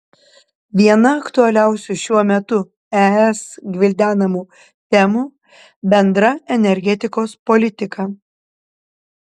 viena aktualiausių šiuo metu es gvildenamų temų bendra energetikos politika